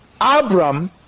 Abram